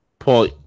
Paul